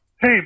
Hey